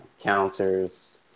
counters